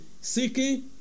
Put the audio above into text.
seeking